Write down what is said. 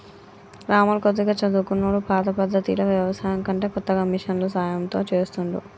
రాములు కొద్దిగా చదువుకున్నోడు పాత పద్దతిలో వ్యవసాయం కంటే కొత్తగా మిషన్ల సాయం తో చెస్తాండు